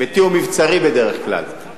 ביתי הוא מבצרי בדרך כלל,